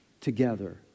together